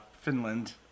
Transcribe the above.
Finland